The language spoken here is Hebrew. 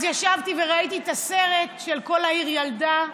אז ישבתי וראיתי את הסרט "כל העיר ילדה",